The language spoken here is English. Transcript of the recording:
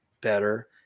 better